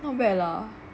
not bad lah